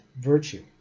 virtue